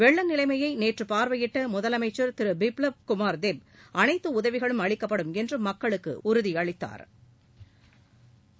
வெள்ள நிலைமையை நேற்று பார்வையிட்ட முதலமைச்சர் திரு பிப்ளாப் குமார் டெப் அனைத்து உதவிகளும் அளிக்கப்படும் என்று மக்களுக்கு உறுதி அளித்தாா்